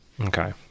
Okay